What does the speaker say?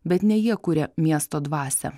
bet ne jie kuria miesto dvasią